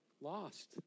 Lost